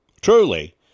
truly